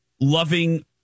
loving